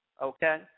Okay